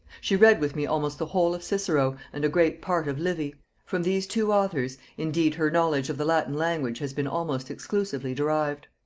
she read with me almost the whole of cicero, and a great part of livy from these two authors, indeed, her knowledge of the latin language has been almost exclusively derived.